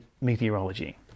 meteorology